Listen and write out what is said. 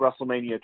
WrestleMania